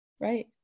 Right